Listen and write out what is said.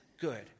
good